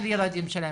של הילדים שלהם.